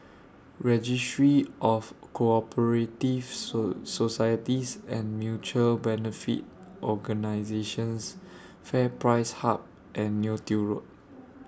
Registry of Co Operative So Societies and Mutual Benefit Organisations FairPrice Hub and Neo Tiew Road